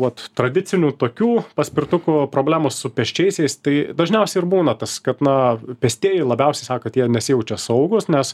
vat tradicinių tokių paspirtukų problemos su pėsčiaisiais tai dažniausiai ir būna tas kad na pėstieji labiausiai sako jie nesijaučia saugūs nes